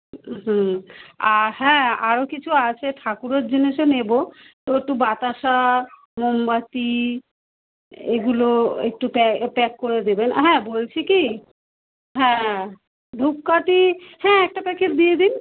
হুম আর হ্যাঁ আরও কিছু আছে ঠাকুরের জিনিসও নেবো তো একটু বাতাসা মোমবাতি এগুলো একটু প্যা প্যাক করে দেবেন আর হ্যাঁ বলছি কি হ্যাঁ ধূপকাঠি হ্যাঁ একটা প্যাকেট দিয়ে দিন